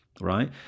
right